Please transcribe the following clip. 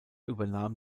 übernahm